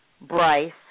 Bryce